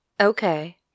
Okay